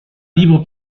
libre